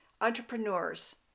entrepreneurs